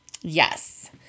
Yes